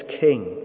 king